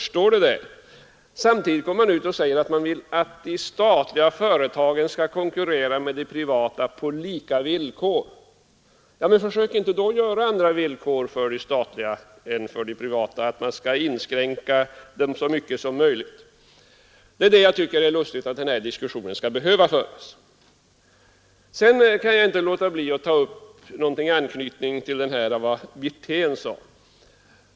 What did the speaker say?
Samtidigt säger man att man vill att de statliga företagen skall konkurrera med de privata på lika villkor. Försök då inte att skapa andra villkor för de statliga än för de privata företagen genom att inskränka de statliga företagens verksamhet så mycket som möjligt! Det är egentligen lustigt att denna diskussion alls skall behöva föras. Sedan kan jag inte låta bli att knyta an till vad herr Wirtén sade.